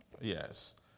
Yes